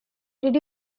did